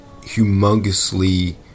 humongously